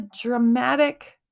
dramatic